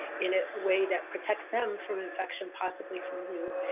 in a way that protects them from infection, possibly from you,